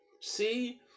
see